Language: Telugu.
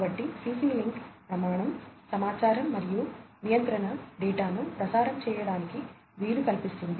కాబట్టి సిసి లింక్ ప్రమాణం సమాచారం మరియు నియంత్రణ డేటాను ప్రసారం చేయడానికి వీలు కల్పిస్తుంది